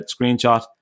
screenshot